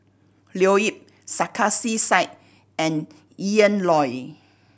Leo Yip Sarkasi Said and Ian Loy